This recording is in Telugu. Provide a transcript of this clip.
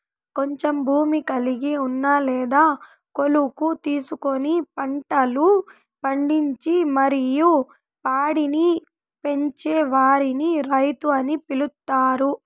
కొంచెం భూమి కలిగి ఉన్న లేదా కౌలుకు తీసుకొని పంటలు పండించి మరియు పాడిని పెంచే వారిని రైతు అని పిలుత్తారు